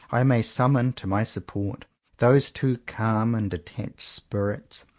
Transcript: i may summon to my support those two calm and detached spirits,